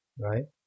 right